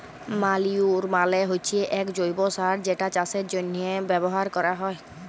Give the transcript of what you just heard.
ম্যালইউর মালে হচ্যে এক জৈব্য সার যেটা চাষের জন্হে ব্যবহার ক্যরা হ্যয়